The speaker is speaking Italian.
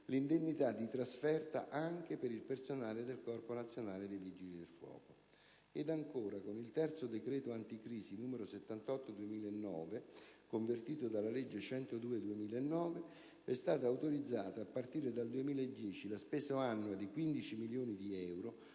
l'indennità di trasferta anche per il personale del Corpo nazionale dei Vigili del fuoco. Ed ancora, con il terzo decreto anticrisi, n. 78 del 2009, convertito dalla legge n. 102 del 2009, è stata autorizzata, a partire dal 2010, la spesa annua di 15 milioni di euro